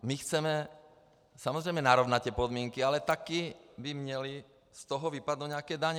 My chceme samozřejmě narovnat ty podmínky, ale také by měly z toho vypadnout nějaké daně.